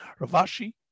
Ravashi